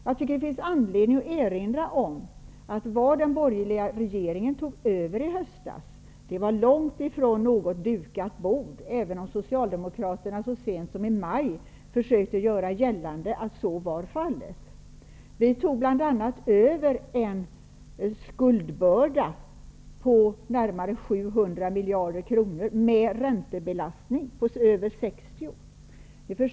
Jag tycker att det finns anledning att erinra om att vad den borgerliga regeringen tog över förra hösten långt ifrån var något dukat bord, även om Socialdemokraterna så sent som i maj försökte göra gällande att så var fallet. Vi tog bl.a. över en skuldbörda på närmare 700 miljarder kronor med en räntebelastning på över 60 miljarder.